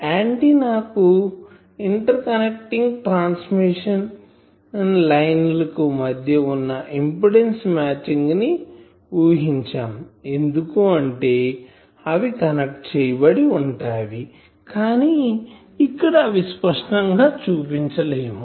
antenna కు interconnecting transmission line ల కు మధ్య వున్న ఇంపిడెన్సు మ్యాచింగ్ ని ఊహించాం ఎందుకు అంటే అవి కనెక్ట్ చేయబడి ఉంటాయి కానీ ఇక్కడ అవి స్పష్టం గా చూపించలేము